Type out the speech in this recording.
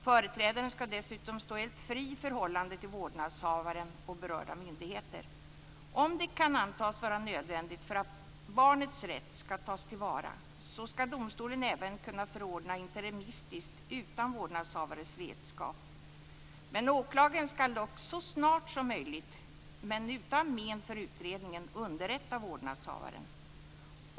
Företrädaren ska dessutom stå helt fri i förhållande till vårdnadshavaren och berörda myndigheter. Om det kan antas vara nödvändigt för att ta till vara barnets rätt ska domstolen även kunna förordna interimistiskt utan vårdnadshavarens vetskap. Åklagaren ska så snart som möjligt, dock utan men för utredningen, underrätta vårdnadshavaren!